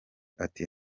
ati